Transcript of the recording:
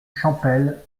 champel